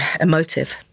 emotive